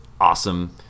awesome